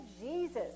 Jesus